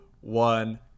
one